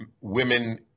women